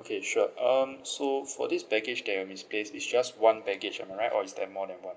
okay sure um so for this baggage that misplaced is just one baggage am I right or is there more than one